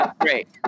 Great